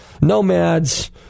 Nomads